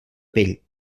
pell